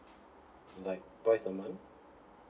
like twice a month